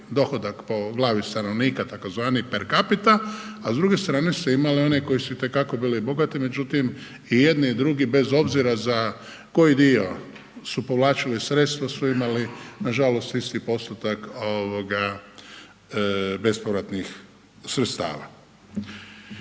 dohodak po glavi stanovnika, tzv. per capita a s druge strane ste imali one koji su itekako bili bogati međutim i jedni i drugi bez obzira za koji dio su povlačili sredstva su imali nažalost isti postotak bespovratnih sredstava.